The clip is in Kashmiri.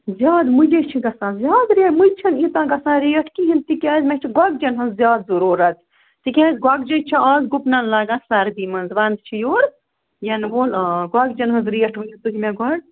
زیادٕ مُجے چھِ گژھان زیادٕ ریٹ مُجہِ چھِنہٕ ییٖژاہ گژھان ریٹ کِہیٖنۍ تِکیٛازِ مےٚ چھِ گۄگجَن ہٕنٛز زیادٕ ضروٗرَت تِکیٛاز گۄگجے چھِ اَز گُپنَن لَگان سردی منٛز وَنٛدٕ چھُ یور ینہٕ وول آ گۄگجَن ہٕنٛز ریٹ ؤنِو تُہۍ مےٚ گۄڈٕ